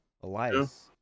Elias